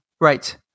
Right